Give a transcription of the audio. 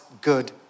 good